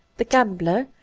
the gambler,